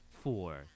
Four